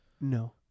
No